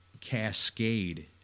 Cascade